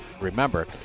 remember